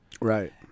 Right